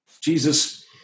Jesus